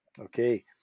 okay